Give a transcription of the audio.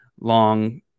long